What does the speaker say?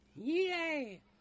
yay